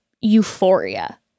Euphoria